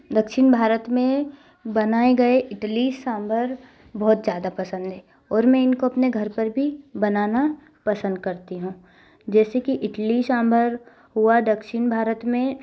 दक्षिण भारत में बनाए गए इडली सांबर बहुत ज़्यादा पसंद है और मैं इनको अपने घर पर भी बनाना पसंद करती हूँ जैसे की इडली सांबर हुआ दक्षिण भारत में